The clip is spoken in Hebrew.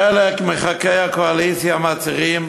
חלק מחברי הכנסת של הקואליציה מצהירים